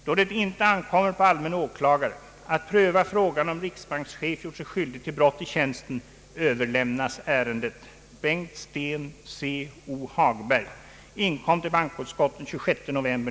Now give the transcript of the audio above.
Då det inte ankommer på allmän åklagare att pröva frågan om riksbankschef gjort sig skyldig till brott i tjänsten, överlämnas ärendet.